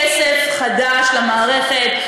לא הכניסו כסף חדש למערכת.